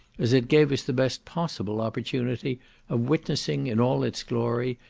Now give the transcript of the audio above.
as it gave us the best possible opportunity of witnessing, in all its glory,